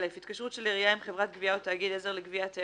"(א)התקשרות של עירייה עם חברת גבייה או תאגיד עזר לגבייה תהא